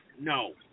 No